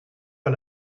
pas